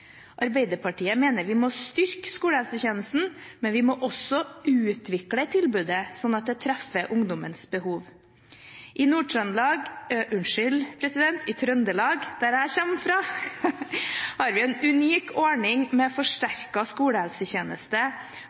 Arbeiderpartiet mener vi må styrke skolehelsetjenesten, men vi må også utvikle tilbudet slik at det treffer ungdommens behov. I Nord-Trøndelag – unnskyld, i Trøndelag, der jeg kommer fra, har vi en unik ordning med forsterket skolehelsetjeneste